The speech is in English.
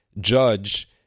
judge